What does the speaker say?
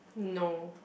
no